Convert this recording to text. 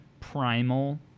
Primal